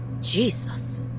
Jesus